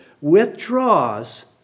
withdraws